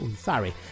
sorry